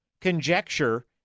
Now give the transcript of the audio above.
conjecture